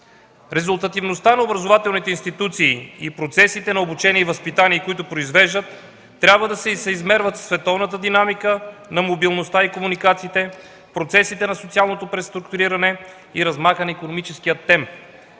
Резултатността на образователните институции и процесите на обучение и възпитание, които произвеждат, трябва да се съизмерва със световната динамика на мобилността и комуникациите, процесите на социалното преструктуриране и размаха на икономическия темп.